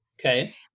okay